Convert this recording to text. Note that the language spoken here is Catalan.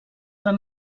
van